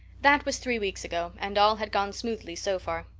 that was three weeks ago and all had gone smoothly so far.